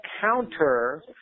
counter